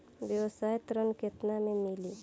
व्यवसाय ऋण केतना ले मिली?